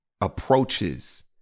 approaches